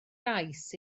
gais